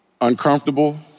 Uncomfortable